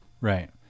Right